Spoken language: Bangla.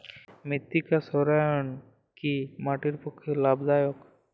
মৃত্তিকা সৌরায়ন কি মাটির পক্ষে লাভদায়ক?